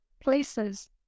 places